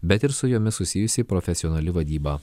bet ir su jomis susijusi profesionali vadyba